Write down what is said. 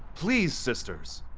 please, sisters,